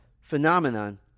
phenomenon